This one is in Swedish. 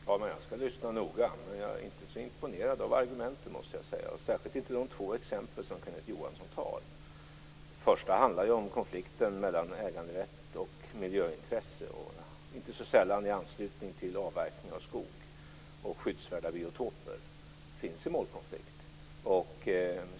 Fru talman! Jag ska lyssna noga, men jag är inte så imponerad av argumenten, måste jag säga, särskilt inte de två exempel som Kenneth Johansson tar upp. Det första handlar om konflikten mellan äganderätt och miljöintresse, inte så sällan i anslutning till avverkning av skog och skyddsvärda biotoper. Där finns en målkonflikt.